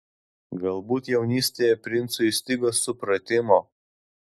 galbūt jaunystėje princui stigo supratimo